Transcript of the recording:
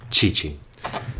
Chi-Chi